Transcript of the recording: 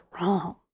wrong